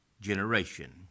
generation